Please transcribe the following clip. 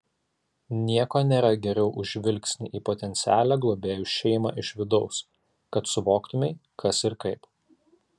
nieko nėra geriau už žvilgsnį į potencialią globėjų šeimą iš vidaus kad suvoktumei kas ir kaip